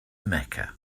mecca